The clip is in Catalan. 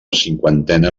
cinquantena